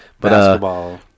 Basketball